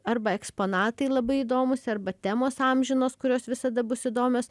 arba eksponatai labai įdomūs arba temos amžinos kurios visada bus įdomios